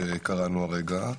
שקראנו עכשיו.